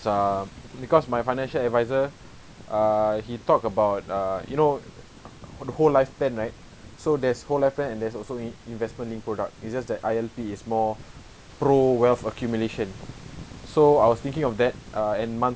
uh because my financial advisor uh he talk about uh you know the whole life plan right so there's whole life plan and there's also in~ investment linked product it's just that I_L_P is more pro wealth accumulation so I was thinking of that uh and monthly